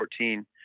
2014